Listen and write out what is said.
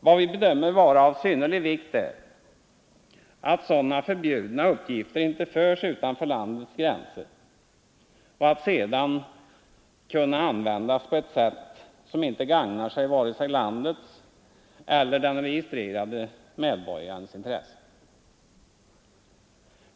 Vad vi bedömer vara av synnerlig vikt är, att sådana förbjudna uppgifter inte förs utanför landets gränser för att sedan kunna användas på ett sätt som inte gagnar vare sig landets eller den registrerade medborgarens intresse.